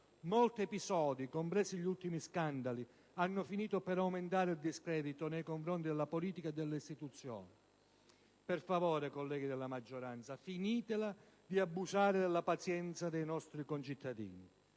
Molti episodi, compresi gli ultimi scandali, hanno finito per aumentare il discredito nei confronti della politica e delle istituzioni. Per favore, colleghi della maggioranza, finitela di abusare della pazienza dei nostri concittadini.